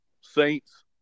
Saints